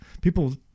people